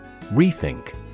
Rethink